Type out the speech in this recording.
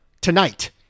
tonight